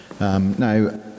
Now